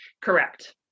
Correct